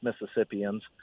Mississippians